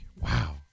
wow